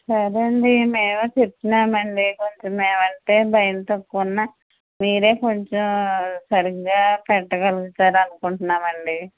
సరే అండి మేము చెప్తున్నాము అండి కొంచెం మేము అంటే భయం తక్కువ ఉన్నా మీరే కొంచెం సరిగ్గా పెట్టగలుగుతారు అనుకుంటున్నాము అండి